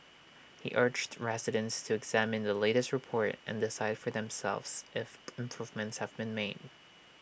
he urged residents to examine the latest report and decide for themselves if improvements have been made